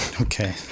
Okay